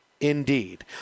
Indeed